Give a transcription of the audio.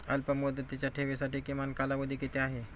अल्पमुदतीच्या ठेवींसाठी किमान कालावधी किती आहे?